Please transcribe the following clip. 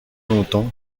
longtemps